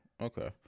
okay